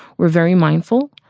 we're very mindful.